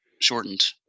shortened